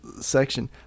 section